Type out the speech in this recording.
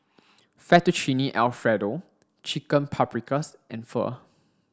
Fettuccine Alfredo Chicken Paprikas and Pho